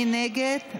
מי נגד?